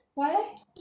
why leh